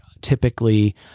typically